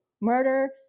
Murder